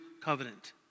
covenant